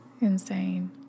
insane